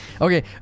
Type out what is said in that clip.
okay